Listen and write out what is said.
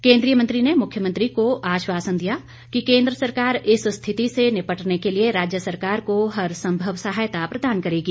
केंद्रीय मंत्री ने मुख्यमंत्री को आश्वासन दिया कि केंद्र सरकार इस स्थिति से निपटने के लिए राज्य सरकार को हर संभव सहायता प्रदान करेगी